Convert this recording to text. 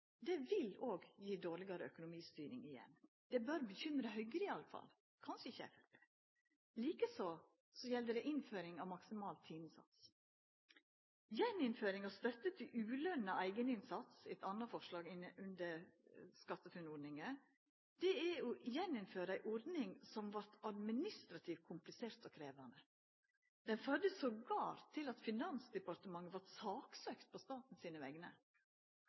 forslaget, vil òg gje dårlegare økonomistyring. Det bør bekymra Høgre i alle fall – eller kanskje ikkje. Like så gjeld innføring av maksimal timesats. Å innføra på nytt støtta til ulønna eigeninnsats er eit anna forslag under SkatteFUNN-ordninga. Det er å innføra på nytt ei ordning som var administrativt komplisert og krevjande – attpåtil vart Finansdepartementet saksøkt på staten sine vegner.